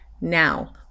now